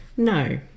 No